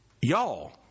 y'all